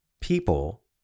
people